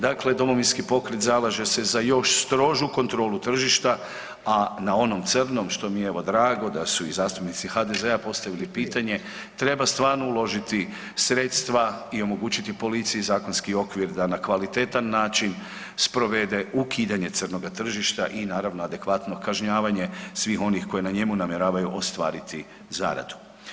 Dakle, Domovinski pokret zalaže se za još strožu kontrolu tržišta, a na onom crnom, što mi je, evo, drago da su i zastupnici HDZ-a postavili pitanje, treba stvarno uložiti sredstva i omogućiti policiji zakonski okvir da na kvalitetan način sprovede ukidanje crnoga tržišta i naravno, adekvatno kažnjavanje svih onih koji na njemu namjeravaju ostvariti zaradu.